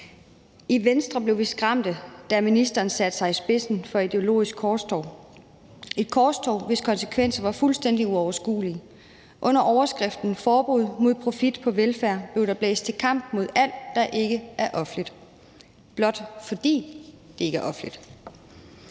I Venstre blev vi skræmte, da ministeren satte sig i spidsen for et ideologisk korstog, et korstog, hvis konsekvenser var fuldstændig uoverskuelige. Under overskriften forbud mod profit på velfærd blev der blæst til kamp mod alt, der ikke er offentligt, blot fordi det ikke er offentligt.